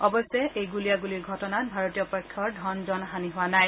অৱশ্যে এই গুলিয়াগুলীৰ ঘটনাত ভাৰতীয় পক্ষৰ ধন জন হানি হোৱা নাই